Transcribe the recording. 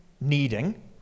needing